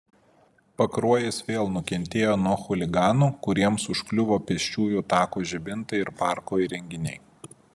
pakruojis vėl nukentėjo nuo chuliganų kuriems užkliuvo pėsčiųjų tako žibintai ir parko įrenginiai